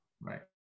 Right